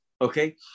okay